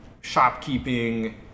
shopkeeping